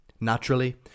Naturally